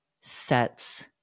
sets